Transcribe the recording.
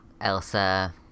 Elsa